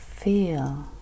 Feel